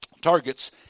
targets